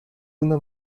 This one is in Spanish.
una